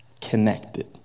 connected